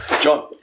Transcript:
John